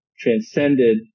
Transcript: transcended